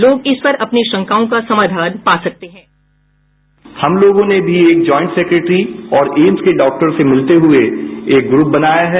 लोग इस पर अपनी शंकाओं का समाधान पा सकते हैं बाईट हम लोगों ने भी एक ज्वाइंट सैक्रेटरी और एम्स के डाक्टरों से मिलते हुए एक ग्रुप बनाया है